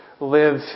live